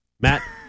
Matt